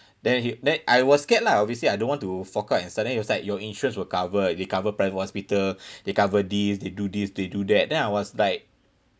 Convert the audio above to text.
then he then I was scared lah obviously I don't want to fork out and suddenly he was like your insurance will cover they cover private hospital they cover this they do this they do that then I was like